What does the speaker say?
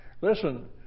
Listen